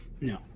No